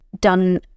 done